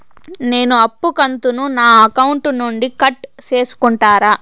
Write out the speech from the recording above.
నేను అప్పు కంతును నా అకౌంట్ నుండి కట్ సేసుకుంటారా?